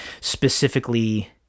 specifically